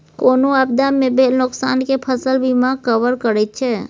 कोनो आपदा मे भेल नोकसान केँ फसल बीमा कवर करैत छै